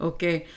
Okay